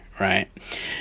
right